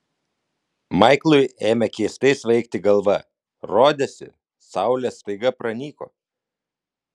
maiklui ėmė keistai svaigti galva rodėsi saulė staiga pranyko